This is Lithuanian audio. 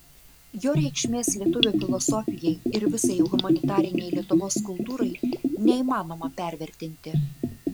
jo reikšmės lietuvių filosofijai ir visai humanitarinei lietuvos kultūrai neįmanoma pervertinti